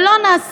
וזה לא נעשה.